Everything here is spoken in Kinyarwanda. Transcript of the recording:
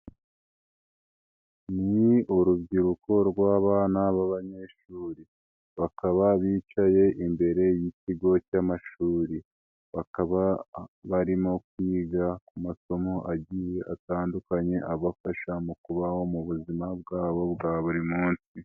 Ni urubyiruko rw'abana b'abanyeshuri. bakaba bicaye imbere y'ikigo cy'amashuri. bakaba barimo kwiga ku masomo agiye atandukanye, abafasha mu kubaho mu buzima bwabo bwa buri munsi.